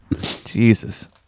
jesus